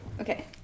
Okay